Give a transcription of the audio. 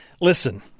Listen